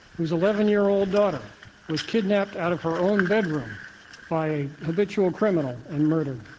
whose eleven year-old daughter was kidnapped out of her own bedroom by a habitual criminal and murdered.